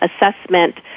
assessment